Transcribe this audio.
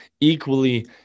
equally